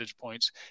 points